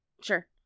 sure